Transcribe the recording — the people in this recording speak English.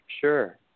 Sure